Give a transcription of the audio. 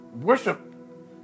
worship